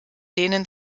denen